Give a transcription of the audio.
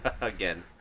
Again